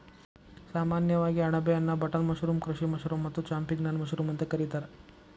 ಸಾಮಾನ್ಯವಾಗಿ ಅಣಬೆಯನ್ನಾ button mushroom, ಕೃಷಿ ಮಶ್ರೂಮ್ ಮತ್ತ ಚಾಂಪಿಗ್ನಾನ್ ಮಶ್ರೂಮ್ ಅಂತ ಕರಿತಾರ